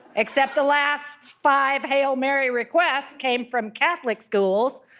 except the last five hail mary requests came from catholic schools,